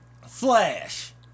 Flash